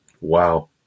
Wow